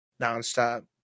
nonstop